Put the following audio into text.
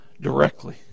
directly